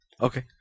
Okay